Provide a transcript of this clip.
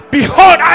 Behold